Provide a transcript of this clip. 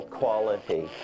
quality